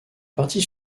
partie